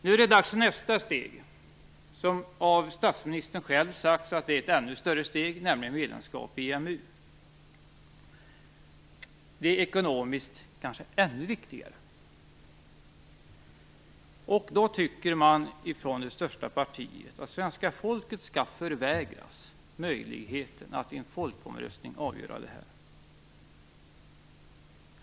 Nu är det dags för nästa steg, som av statsministern själv har sagts vara ett ännu större steg, nämligen ett medlemskap i EMU. Ekonomiskt sett är detta kanske ännu viktigare. Då tycker man från det största partiet att svenska folket skall förvägras möjligheten att i en folkomröstning avgöra frågan.